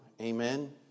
Amen